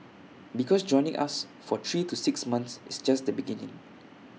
because joining us for three to six months is just the beginning